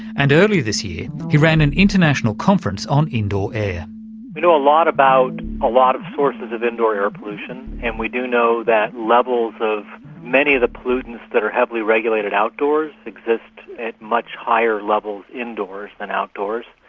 and earlier this year he ran an international conference on indoor air. we know a lot about a lot of sources of indoor air pollution and we do know that levels of many of the pollutants that are heavily regulated outdoors exist at much higher level indoors than outdoors.